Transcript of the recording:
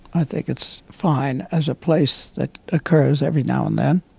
i think it's fine as a place that occurs every now and then.